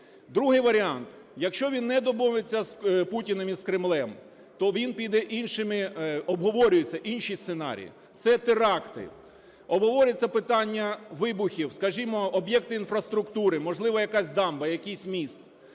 Другий варіант. Якщо він не домовиться з Путіним і з Кремлем, то він піде іншими… обговорюється інший сценарій - це теракти. Обговорюється питання вибухів. Скажімо, об'єкти інфраструктури, можливо, якась дамба, якийсь міст.